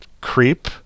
Creep